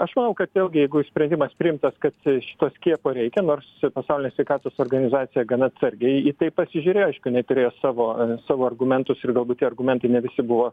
aš manau kad vėlgi jeigu sprendimas priimtas kad šito skiepo reikia nors pasaulinė sveikatos organizacija gana atsargiai į tai pasižiūrėjo aišku jinai turėjo savo savo argumentus ir galbūt tie argumentai ne visi buvo